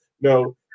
No